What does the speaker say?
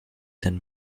than